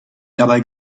dabei